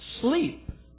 sleep